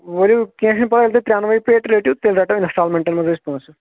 ؤلِو کینٛہہ چھُ نہٕ پرواے ییٚلہِ تُہۍ ترٮ۪نوے پیٹہ رٔٹِو تیٚلہِ رٔٹو اِنسٹالمینٹن منٛز أسۍ پونٛسہٕ